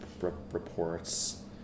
reports